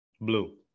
blue